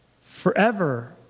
forever